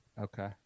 Okay